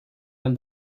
when